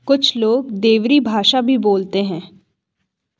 कुछ लोग देवरी भाषा भी बोलते हैं